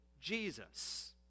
Jesus